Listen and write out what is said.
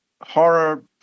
horror